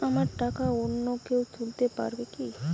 আমার টাকা অন্য কেউ তুলতে পারবে কি?